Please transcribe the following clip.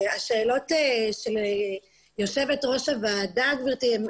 השאלות של יושבת ראש הוועדה הן